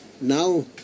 now